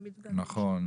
נכון.